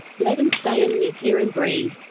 let them stay and live here and breathe.